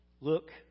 Look